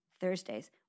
Thursdays